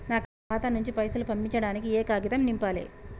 నా ఖాతా నుంచి పైసలు పంపించడానికి ఏ కాగితం నింపాలే?